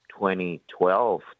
2012